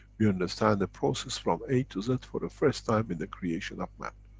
we understand the process from a to z for the first time in the creation of man.